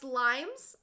limes